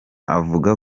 avuga